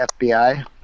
FBI